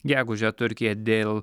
gegužę turkija dėl